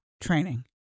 training